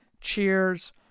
Cheers